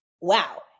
wow